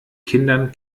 kindern